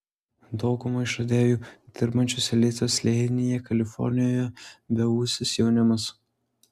dauguma išradėjų dirbančių silicio slėnyje kalifornijoje beūsis jaunimas